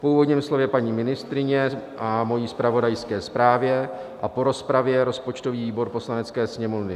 Po úvodním slově paní ministryně a mojí zpravodajské zprávě a po rozpravě rozpočtový výbor Poslanecké sněmovny